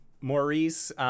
Maurice